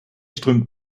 strömt